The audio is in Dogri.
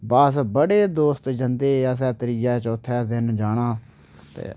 अस बड़े दोस्त जंदे हे असें त्रीए चौथै दिन जाना